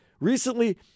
recently